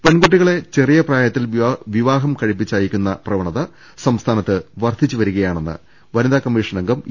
പെൺകുട്ടികളെ ചെറിയ പ്രായത്തിൽ വിവാഹം കഴിപ്പിക്കുന്ന പ്രവണത സംസ്ഥാനത്ത് വർധിച്ച് വരികയാണെന്ന് വനിതാ കമ്മീഷൻ അംഗം ഇ